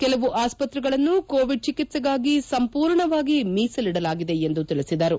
ಕೆಲವು ಆಸ್ಪತ್ರೆಗಳನ್ನು ಕೋವಿಡ್ ಚಿಕಿತ್ನೆಗಾಗಿ ಸಂಪೂರ್ಣವಾಗಿ ಮೀಸಲಿಡಲಾಗಿದೆ ಎಂದು ತಿಳಿಸಿದರು